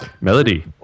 Melody